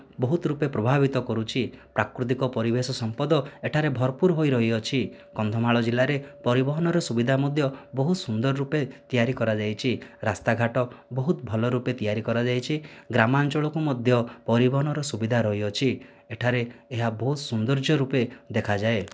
ବହୁତ ରୂପେ ପ୍ରଭାବିତ କରୁଛି ପ୍ରାକୃତିକ ପରିବେଶ ସମ୍ପଦ ଏଠାରେ ଭରପୁର ହୋଇ ରହିଅଛି କନ୍ଧମାଳ ଜିଲ୍ଲାରେ ପରିବହନର ସୁବିଧା ମଧ୍ୟ ବହୁତ ସୁନ୍ଦର ରୂପେ ତିଆରି କରାଯାଇଛି ରାସ୍ତାଘାଟ ବହୁତ ଭଲ ରୂପେ ତିଆରି କରାଯାଇଛି ଗ୍ରାମାଞ୍ଚଳକୁ ମଧ୍ୟ ପରିବହନର ସୁବିଧା ରହିଅଛି ଏଠାରେ ଏହା ବହୁତ ସୌନ୍ଦର୍ଯ୍ୟ ରୂପେ ଦେଖାଯାଏ